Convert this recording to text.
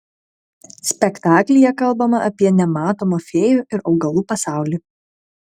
spektaklyje kalbama apie nematomą fėjų ir augalų pasaulį